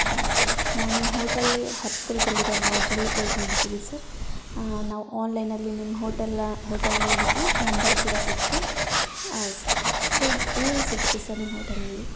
ಹಾಂ ಸರ್ ನಾವು ನಿಮ್ಮ ಹೋಟೆಲ್ ಈ ಹತ್ತಿರದಲ್ಲಿರೋ ಲಾಡ್ಜಲ್ಲಿ ಉಳ್ಕೊಂಡಿದ್ದೀವಿ ಸರ್ ನಾವು ಆನ್ಲೈನಲ್ಲಿ ನಿಮ್ಮ ಹೋಟೆಲ್ಲ ಹೋಟೆಲ್ ನೋಡಿದ್ವಿ ನಂಬರ್ ಕೂಡ ಸಿಕ್ಕಿತು ಆಂ ಸರ್ ಸರ್ ಏನೇನು ಸಿಗುತ್ತೆ ಸರ್ ನಿಮ್ಮ ಹೋಟೆಲಲ್ಲಿ